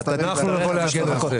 אז אנחנו נבוא לעשות את זה.